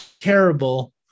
terrible